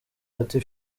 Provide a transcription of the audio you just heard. ati